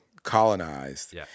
Colonized